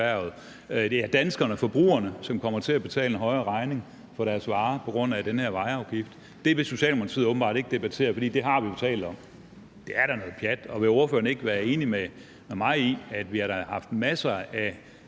Det er danskerne, forbrugerne, som kommer til at betale en højere regning for deres varer på grund af den her vejafgift. Det vil Socialdemokratiet åbenbart ikke debattere, for det har vi jo talt om. Det er da noget pjat, og er ordføreren ikke enig med mig i, at vi da har haft masser af